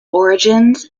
origins